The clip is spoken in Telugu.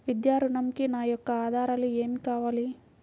విద్యా ఋణంకి నా యొక్క ఆధారాలు ఏమి కావాలి?